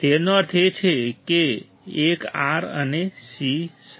તેનો અર્થ એ છે કે એક R અને c સાથે